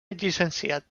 llicenciat